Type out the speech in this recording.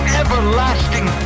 everlasting